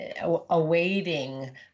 awaiting